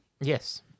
Yes